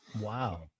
Wow